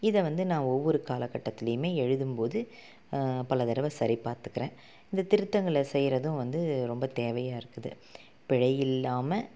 இதை வந்து நான் ஒவ்வொரு காலக்கட்டத்துலேயுமே எழுதும்போது பலதடவை சரிபார்த்துக்கிறேன் இந்த திருத்தங்களை செய்கிறதும் வந்து ரொம்ப தேவையாக இருக்குது பிழை இல்லாமல்